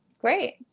Great